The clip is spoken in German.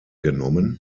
genommen